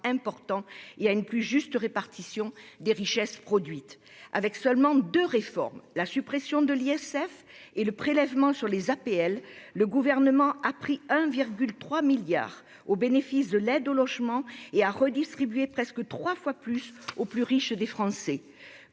importants et à une plus juste répartition des richesses produites. Avec seulement deux réformes, la suppression de l'ISF et le prélèvement sur les APL, le Gouvernement a pris 1,3 milliard d'euros aux bénéficiaires de l'aide au logement et en a redistribué presque trois fois plus aux plus riches des Français.